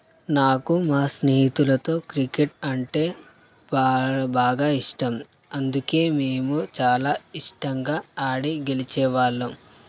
నాకు మా స్నేహితులతో క్రికెట్ అంటే పా బాగా ఇష్టం అందుకే మేము చాలా ఇష్టంగా ఆడి గెలిచే వాళ్ళం